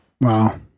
Wow